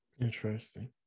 Interesting